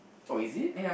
oh is it